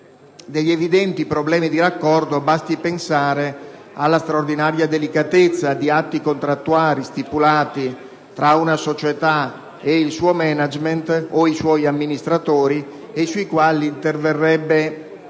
degli evidenti problemi di raccordo. Basti pensare alla straordinaria delicatezza di atti contrattuali stipulati tra una società e il suo *management* o i suoi amministratori, sui quali interverrebbe in maniera